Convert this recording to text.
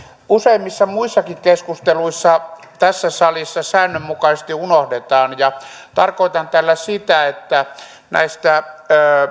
useimmissa muissakin keskusteluissa tässä salissa säännönmukaisesti unohdetaan tarkoitan tällä sitä että näistä